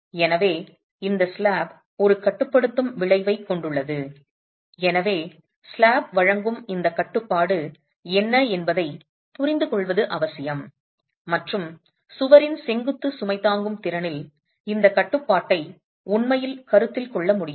எனவே இந்த ஸ்லாப் ஒரு கட்டுப்படுத்தும் விளைவைக் கொண்டுள்ளது எனவே ஸ்லாப் வழங்கும் இந்த கட்டுப்பாடு என்ன என்பதைப் புரிந்துகொள்வது அவசியம் மற்றும் சுவரின் செங்குத்து சுமை தாங்கும் திறனில் இந்த கட்டுப்பாட்டை உண்மையில் கருத்தில் கொள்ள முடியுமா